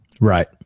Right